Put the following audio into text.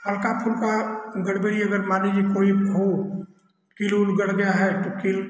हल्का फुल्का गड़बड़ी अगर मान लीजिये कोई हो कील ऊल गड़ गया है तो कील